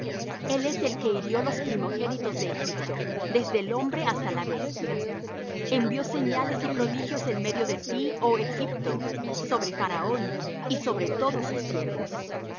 el es el que hirió los primogénitos de egipto desde el hombre hasta la bestia envió señales y prodigios en medio de ti oh egipto sobre faraón y sobre todos sus siervos